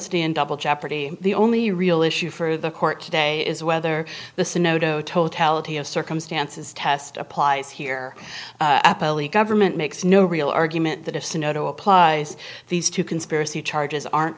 in double jeopardy the only real issue for the court today is whether the sunoco totality of circumstances test applies here government makes no real argument that if sunoco applies these two conspiracy charges aren't